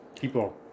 people